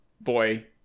Boy